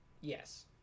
Yes